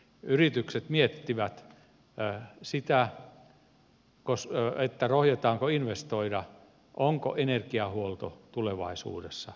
yritykset miettivät sitä rohjetaanko investoida onko energiahuolto tulevaisuudessa riittävässä määrin turvattu